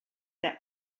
that